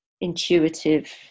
intuitive